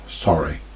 Sorry